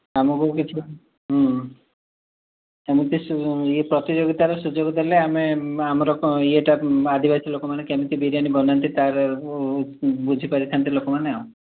ଆମକୁ କିଛି ସେମିତି ଇଏ ପ୍ରତିଯୋଗିତାର ସୁଯୋଗ ଦେଲେ ଆମେ ଆମର ଇଏଟା ଆଦିବାସୀ ଲୋକମାନେ କେମିତି ବିରିୟାନୀ ବନାନ୍ତି ତା'ର ବୁଝିପାରିଥାନ୍ତି ଲୋକମାନେ ଆଉ